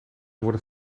worden